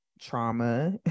trauma